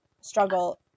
struggle